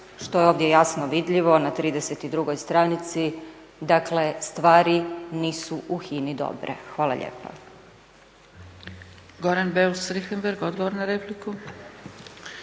što je ovdje jasno vidljivo na 32. stranici. Dakle, stvari nisu u HINA-i dobre. Hvala lijepa.